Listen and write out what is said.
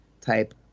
type